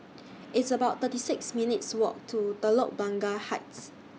It's about thirty six minutes' Walk to Telok Blangah Heights